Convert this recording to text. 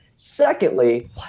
Secondly